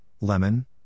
lemon